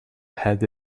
had